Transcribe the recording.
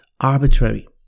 arbitrary